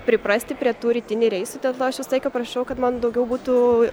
priprasti prie tų rytinių reisų dėl to aš visą laiką prašau kad man daugiau būtų